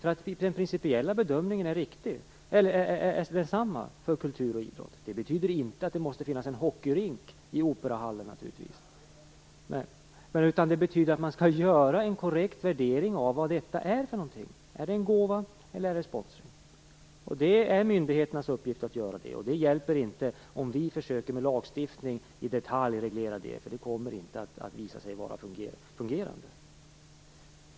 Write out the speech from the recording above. Den principiella bedömningen är den samma för kultur och idrott. Det betyder naturligtvis inte att det måste finnas en hockeyrink i operahallen. Det betyder i stället att man skall göra en korrekt värdering av om det är en gåva eller sponsring. Det är myndigheternas uppgift att göra det. Det hjälper inte om vi försöker reglera det i detalj med lagstiftning. Det kommer nämligen att visa sig att det inte fungerar.